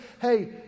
hey